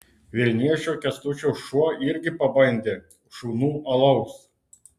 vilniečio kęstučio šuo irgi pabandė šunų alaus